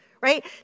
right